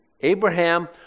Abraham